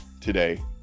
today